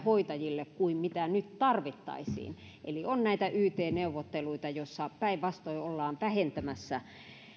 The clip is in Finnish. hoitajille kuin mitä nyt tarvittaisiin eli on näitä yt neuvotteluita joissa päinvastoin ollaan vähentämässä